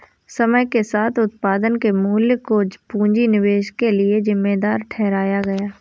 समय के साथ उत्पादन के मूल्य को पूंजी निवेश के लिए जिम्मेदार ठहराया गया